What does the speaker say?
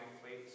plates